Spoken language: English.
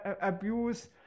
abuse